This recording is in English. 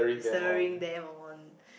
stirring them on